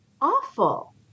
awful